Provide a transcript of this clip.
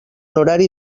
horari